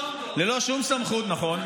נכון.